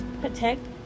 protect